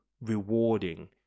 rewarding